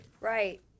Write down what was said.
Right